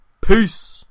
Peace